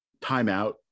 timeout